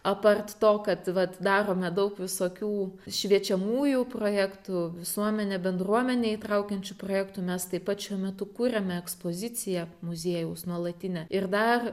apart to kad vat darome daug visokių šviečiamųjų projektų visuomenę bendruomenę įtraukiančių projektų mes taip pat šiuo metu kuriame ekspoziciją muziejaus nuolatinę ir dar